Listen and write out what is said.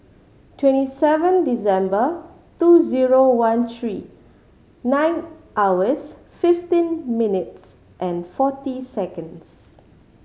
twenty seven December two zero one three nine hours fifteen minutes and forty seconds